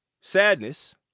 sadness